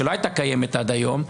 שלא הייתה קיימת עד היום,